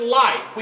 life